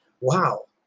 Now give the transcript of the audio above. wow